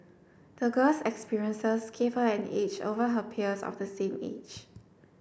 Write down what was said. the girl's experiences gave her an edge over her peers of the same age